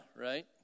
right